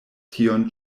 tion